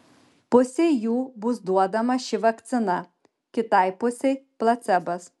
pusei jų bus duodama ši vakcina kitai pusei placebas